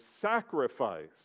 sacrifice